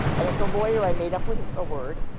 and so boy, i made up with a word